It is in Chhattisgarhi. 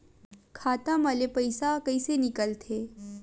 खाता मा ले पईसा कइसे निकल थे?